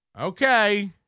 okay